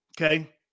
Okay